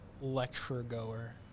lecture-goer